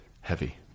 heavy